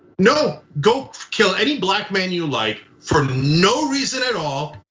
no, go kill any black man you like for no reason at all.